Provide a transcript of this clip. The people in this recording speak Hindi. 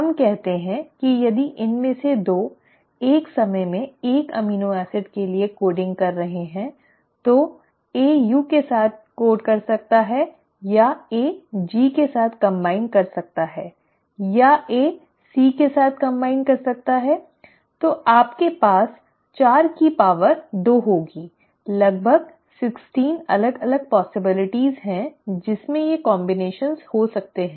हम कहते हैं कि यदि इनमें से 2 एक समय में एक अमीनो एसिड के लिए कोडिंग कर रहे हैं तो A U के साथ कोड कर सकता है या AG के साथ संयोजन कर सकता है या A C के साथ संयोजन कर सकता है तो आपके पास 4 की पावर 2 होगी लगभग 16 अलग अलग संभावनाएं जिसमें ये संयोजन हो सकते हैं